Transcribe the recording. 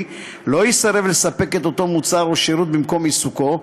לא יסרב לספק את אותו מוצר או שירות במקום עסקו,